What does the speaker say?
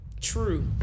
true